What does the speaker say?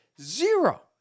zero